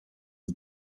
per